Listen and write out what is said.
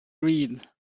read